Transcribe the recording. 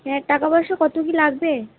হ্যাঁ টাকাপয়সা কত কী লাগবে